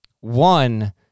One